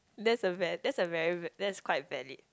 that's a very that's a very va~ that's quite valid